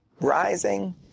rising